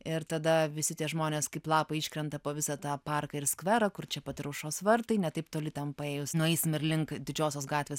ir tada visi tie žmonės kaip lapai iškrenta po visą tą parką ir skverą kur čia pat ir aušros vartai ne taip toli ten paėjus nueisim ir link didžiosios gatvės